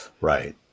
Right